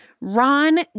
Ron